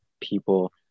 people